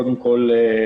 קודם כול,